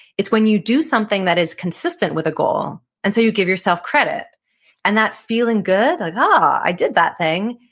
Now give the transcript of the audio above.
it's when you do something that is consistent with a goal and so you give yourself credit and that feeling good, like, um ah i did that thing,